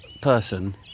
person